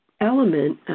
element